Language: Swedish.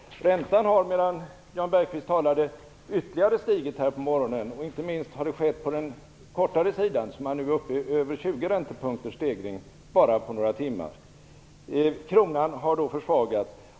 Räntan har medan Jan Bergqvist talade ytterligare stigit på morgonen, inte minst på den kortare sidan som hade över 20 räntepunkters stegring på bara några timmar. Kronan har försvagats.